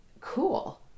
cool